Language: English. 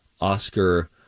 Oscar